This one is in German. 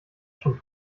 schon